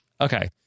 Okay